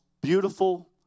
beautiful